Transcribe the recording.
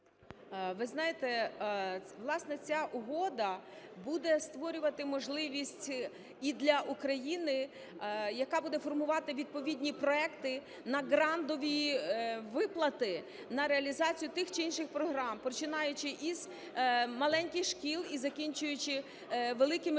Ви знаєте, власне, ця угода буде створювати можливість і для України, яка буде формувати відповідні проекти на грантові виплати, на реалізацію тих чи інших програм, починаючи із маленьких шкіл і закінчуючи великими